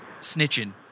snitching